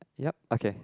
yup okay